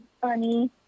funny